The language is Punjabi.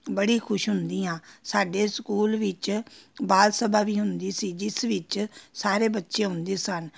ਬੜੀ ਖੁਸ਼ ਹੁੰਦੀ ਹਾਂ ਸਾਡੇ ਸਕੂਲ ਵਿੱਚ ਬਾਲ ਸਭਾ ਵੀ ਹੁੰਦੀ ਸੀ ਜਿਸ ਵਿੱਚ ਸਾਰੇ ਬੱਚੇ ਆਉਂਦੇ ਸਨ